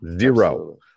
Zero